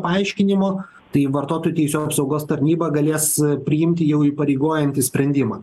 paaiškinimo tai vartotojų teisių apsaugos tarnyba galės priimti jau įpareigojantį sprendimą